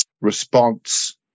response